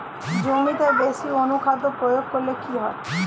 জমিতে বেশি অনুখাদ্য প্রয়োগ করলে কি হয়?